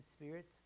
spirits